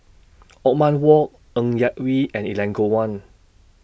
Othman Wok Ng Yak Whee and Elangovan